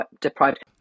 deprived